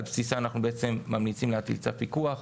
על בסיסה אנחנו ממליצים להטיל צו פיקוח.